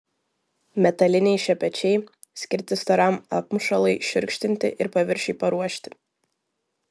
metaliniai šepečiai skirti storam apmušalui šiurkštinti ir paviršiui paruošti